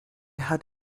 had